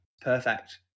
perfect